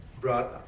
brought